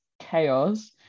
chaos